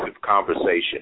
conversation